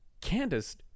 Candace